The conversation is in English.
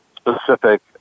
Specific